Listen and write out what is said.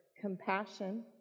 compassion